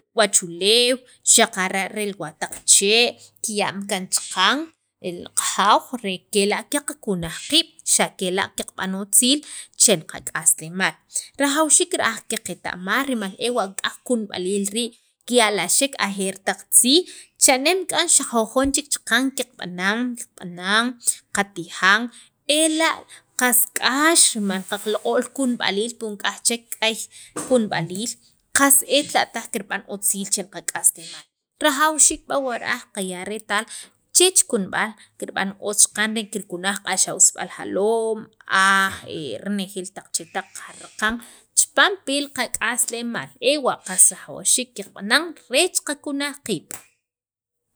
wachuleew xaqara' re li wataq chee', kiya'm kaan chaqan qajaaw re kela' kiqunaj qiib', xakela' kiqab'an otziil che qak'aslemaal rajawxiik ra'aj qaqeta'maj rimal ewa' k'aj kunb'aliil rii' kiya'la'xek ajer taq tziij, cha'nem k'an xaq jujon chek chaqan, qab'anan, qab'anan, qatijan ela' qas k'ax rimal kaqloq'o'l kunb'aliil pi nik'yaj chek k'ay kunb'aliil, qas etla' taj kirb'an otziil che qak'aslemaal rajawxiik b'awa' ra'aj qaya' retal chech kunb'al kirb'an otz chaqan re kirkunaj k'axawsab'al jaloom, aj, renejeel taq chetaq qaraqan chapam pi qak'aslemaal ewa' qas rajawxiik qib'anan reech qakunaj qiib'.